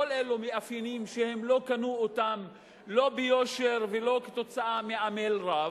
כל אלה מאפיינים שהן לא קנו אותם לא ביושר ולא בעמל רב,